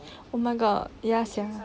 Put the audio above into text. oh my god ya sia